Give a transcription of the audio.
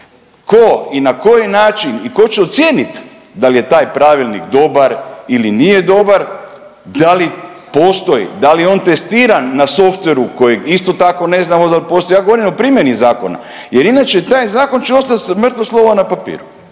Tko i na koji način i tko će ocijeniti da li je taj pravilnik dobar ili nije dobar, da li postoji, da li je on testiran na softveru kojeg isto tako ne znamo da postoji, ja govorim o primjeni zakona jer inače taj zakon će ostati mrtvo slovo na papiru.